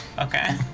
Okay